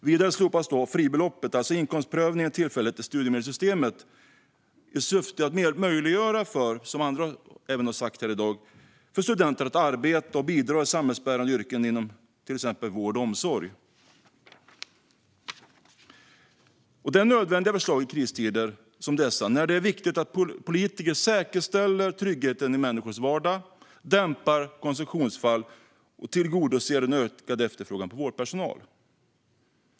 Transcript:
Vidare slopas fribeloppet, alltså inkomstprövningen, tillfälligt i studiemedelssystemet i syfte att möjliggöra för studenter att arbeta och bidra i samhällsbärande yrken inom till exempel vård och omsorg, vilket även andra har sagt här i dag. Det här är nödvändiga förslag i kristider som dessa, när det är viktigt att politiker säkerställer tryggheten i människors vardag, dämpar konsumtionsfall och tillgodoser den ökade efterfrågan på vårdpersonal.